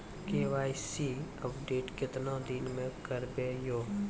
KYC update केतना दिन मे करेबे यो?